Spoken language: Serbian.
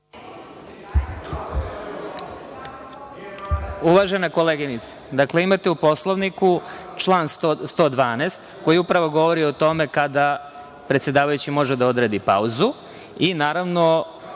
Hvala. Uvažena koleginice, imate u Poslovniku član 112. koji upravo govori o tome kada predsedavajući može da odredi pauzu i naravno